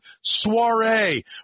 soiree